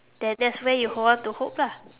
then that's where you hold on to hope lah